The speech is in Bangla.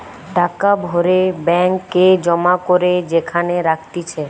টাকা ভরে ব্যাঙ্ক এ জমা করে যেখানে রাখতিছে